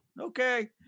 Okay